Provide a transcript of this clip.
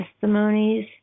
testimonies